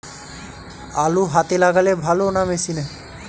আলু হাতে লাগালে ভালো না মেশিনে?